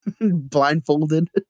blindfolded